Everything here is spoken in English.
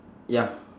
ya